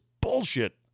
bullshit